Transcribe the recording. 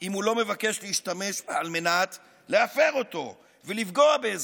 אם הוא לא מבקש להשתמש בה על מנת להפר אותה ולפגוע באזרחים?